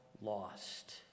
lost